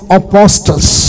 apostles